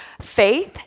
faith